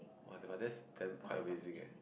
[wah] but that's damn quite amazing eh